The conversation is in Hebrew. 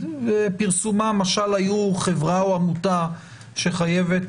ופרסומם משל היו חברה או עמותה שחייבת